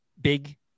big